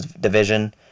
division